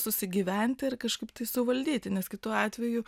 susigyventi ir kažkaip tai suvaldyti nes kitu atveju